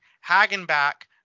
Hagenbach